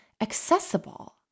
accessible